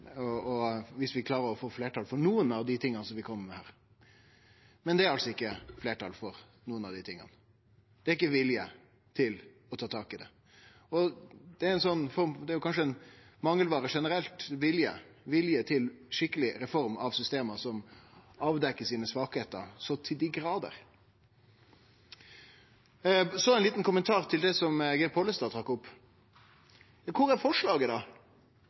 viss vi klarer å få fleirtal for noko av det vi kjem med her. Men det er altså ikkje fleirtal for noko av det. Det er ikkje vilje til å ta tak i dette. Det er kanskje ein mangelvare generelt: vilje til skikkeleg reform av system som avdekkjer veikskapane sine så til dei grader. Ein liten kommentar til det Geir Pollestad trekte fram: Kvar er forslaget?